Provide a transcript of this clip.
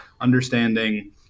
Understanding